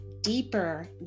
deeper